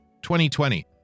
2020